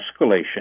escalation